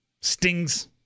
Stings